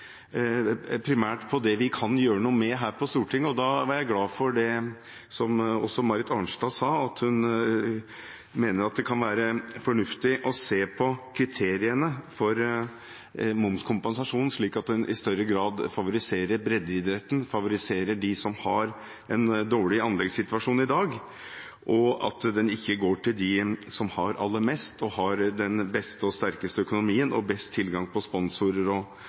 var jeg glad for det Marit Arnstad også sa, at hun mener at det kan være fornuftig å se på kriteriene for momskompensasjon, slik at den i større grad favoriserer breddeidretten, favoriserer dem som har en dårlig anleggssituasjon i dag, og at den ikke går til dem som har aller mest, som har den beste og sterkeste økonomien og best tilgang på